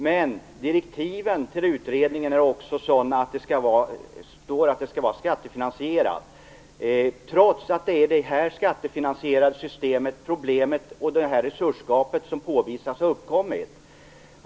Men i direktiven till utredningen står det också att det skall vara skattefinansierat, trots att det är i det här skattefinansierade systemet som de problem och det resursgap som påvisas har uppkommit.